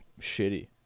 shitty